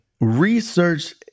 research